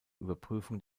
überprüfung